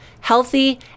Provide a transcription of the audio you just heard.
healthy